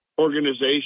organization